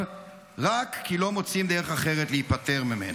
רק כי לא מוצאים דרך אחרת להיפטר ממנו.